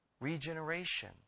regeneration